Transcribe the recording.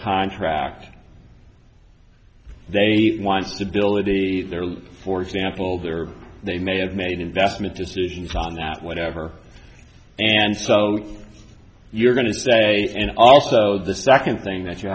contract they want stability for examples or they may have made investment decisions on that whatever and so you're going to say and also the second thing that you